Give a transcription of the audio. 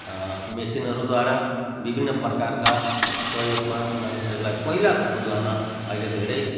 मसिनहरूद्वारा विभिन्न प्रकारका सहयोगमा मानिसहरूलाई पहिलाको तुलनामा अहिले धेरै